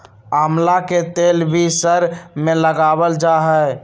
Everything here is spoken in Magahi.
आमला के तेल भी सर में लगावल जा हई